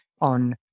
on